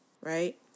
Right